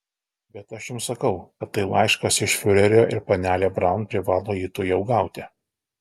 bet aš jums sakau kad tai laiškas iš fiurerio ir panelė braun privalo jį tuojau gauti